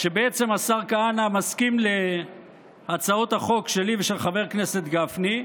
שהשר כהנא מסכים להצעות החוק שלי ושל חבר הכנסת גפני,